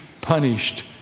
punished